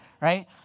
right